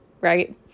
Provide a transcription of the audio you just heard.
right